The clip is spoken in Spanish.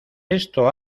esto